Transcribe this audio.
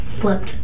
flipped